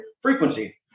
frequency